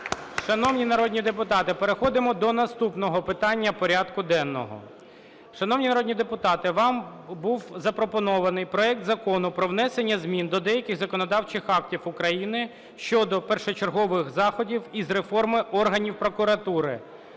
Шановні народні депутати, переходимо до наступного питання порядку денного. Шановні народні депутати, вам був запропонований проект Закону про внесення змін до деяких законодавчих актів України щодо першочергових заходів із реформи органів прокуратури